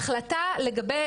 ההחלטה לגבי